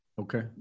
Okay